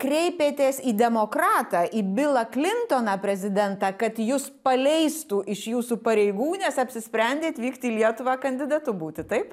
kreipėtės į demokratą į bilą klintoną prezidentą kad jus paleistų iš jūsų pareigų nes apsisprendėt vykt į lietuvą kandidatu būti taip